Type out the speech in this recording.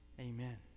amen